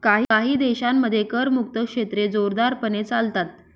काही देशांमध्ये करमुक्त क्षेत्रे जोरदारपणे चालतात